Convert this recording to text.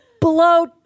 blow